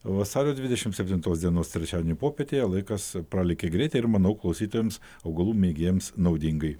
vasario dvidešimt septintos dienos trečiadienio popietėje laikas pralėkė greitai ir manau klausytojams augalų mėgėjams naudingai